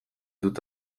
dut